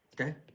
Okay